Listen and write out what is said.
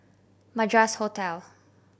Madras Hotel